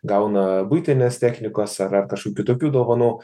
gauna buitinės technikos ar ar kažkokių kitokių dovanų